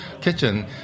kitchen